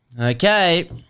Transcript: Okay